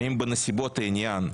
האם בנסיבות העניין,